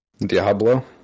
Diablo